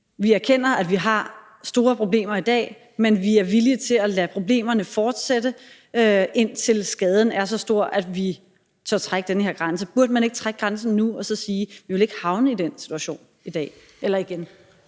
Vi erkender, at vi har store problemer i dag, men vi er villige til at lade problemerne fortsætte, indtil skaden er så stor, at vi tør trække den her grænse. Burde man ikke trække grænsen nu og sige: Vi vil ikke havne i den situation igen?